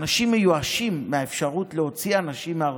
אנשים מיואשים מהאפשרות להוציא אנשים מהרווחה.